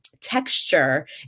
texture